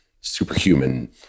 superhuman